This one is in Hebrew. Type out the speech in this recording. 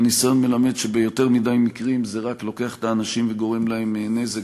והניסיון מלמד שביותר מדי מקרים זה רק לוקח את האנשים וגורם להם נזק,